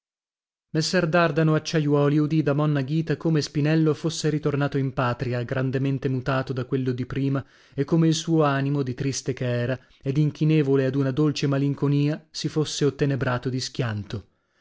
monna ghita come spinello fosse ritornato in patria grandemente mutato da quello di prima e come il suo animo di triste che era ed inchinevole ad una dolce malinconia si fosse ottenebrato di schianto